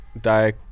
die